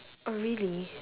oh really